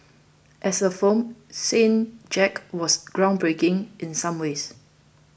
as a film Saint Jack was groundbreaking in some ways